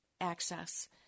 access